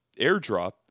airdrop